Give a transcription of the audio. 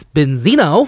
Benzino